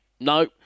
no